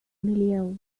اليوم